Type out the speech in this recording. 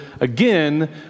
again